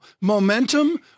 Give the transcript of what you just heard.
Momentum